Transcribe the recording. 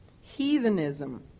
Heathenism